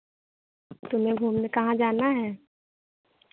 तुम्हें घूमने कहाँ जाना है